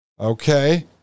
okay